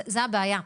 זו הבעיה.